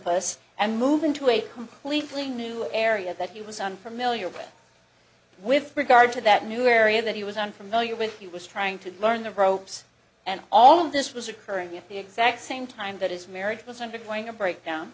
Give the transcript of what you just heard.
linpus and move into a completely new area that he was unfamiliar with with regard to that new area that he was unfamiliar with he was trying to learn the ropes and all of this was occurring at the exact same time that his marriage was undergoing a breakdown